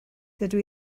dydw